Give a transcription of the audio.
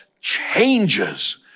changes